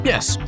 Yes